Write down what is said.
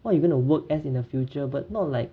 what you going to work as in the future but not like